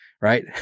Right